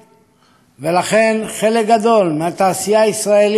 ולכן חלק גדול מהתעשייה הישראלית, בעיקר